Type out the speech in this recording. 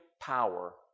power